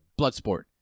Bloodsport